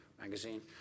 magazine